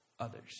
Others